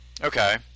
Okay